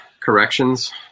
corrections